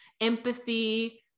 empathy